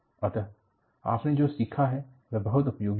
अतः आपने जो सीखा है वह बहुत उपयोगी है